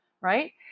Right